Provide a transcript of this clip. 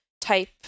type